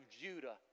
Judah